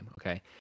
okay